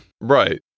Right